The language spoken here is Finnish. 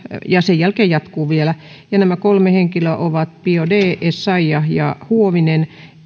ja sen jälkeen jatkuu vielä nämä kolme henkilöä ovat biaudet essayah ja huovinen